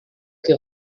que